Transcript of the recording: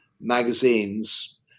magazines